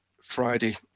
Friday